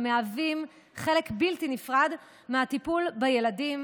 ומהווים חלק בלתי נפרד מהטיפול בילדים,